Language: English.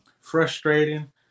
frustrating